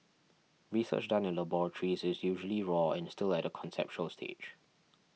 research done in laboratories is usually raw and still at a conceptual stage